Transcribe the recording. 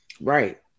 Right